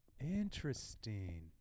interesting